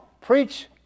preach